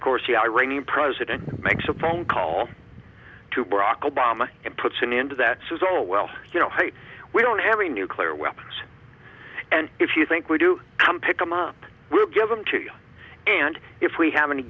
of course the iranian president makes a phone call to barack obama and puts an end to that says oh well you know we don't have any nuclear weapons and if you think we do come pick them up we'll give them to you and if we have any